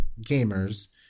gamers